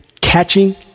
catching